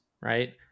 right